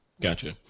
Gotcha